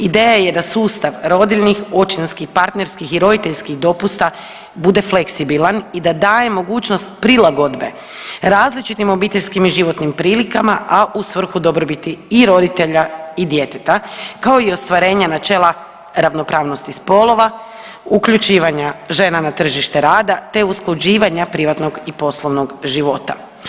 Ideja je da sustav rodiljnih, očinskih, partnerskih i roditeljskih dopusta bude fleksibilan i da daje mogućnost prilagodbe različitim obiteljskim i životnim prilikama, a u svrhu dobrobiti i roditelja i djeteta, kao i ostvarenja načela ravnopravnosti spolova, uključivanja žena na tržište rada te usklađivanja privatnog i poslovnog života.